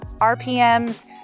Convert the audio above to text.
RPMs